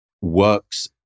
works